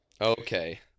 Okay